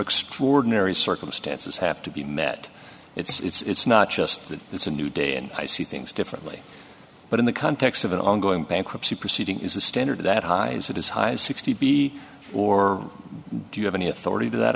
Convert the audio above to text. extraordinary circumstances have to be met it's not just that it's a new day and i see things differently but in the context of an ongoing bankruptcy proceeding is a standard that high as it is high sixty b or do you have any authority to that